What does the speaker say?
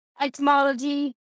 Etymology